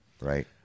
right